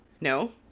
No